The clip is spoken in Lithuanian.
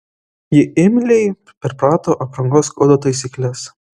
ji imliai perprato aprangos kodo taisykles